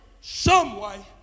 someway